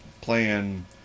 playing